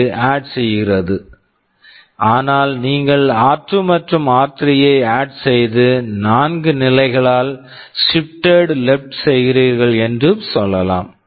இது add ADD செய்கிறது ஆனால் நீங்கள் ஆர்2 r2 மற்றும் ஆர்3 r3 ஐ ஆட் ADD செய்து 4 நிலைகளால் ஷிப்ட்டேட் லெப்ட் shifted left செய்கிறீர்கள் என்றும் சொல்லலாம்